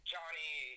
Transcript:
Johnny